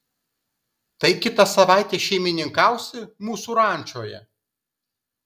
tai kitą savaitę šeimininkausi mūsų rančoje